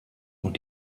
und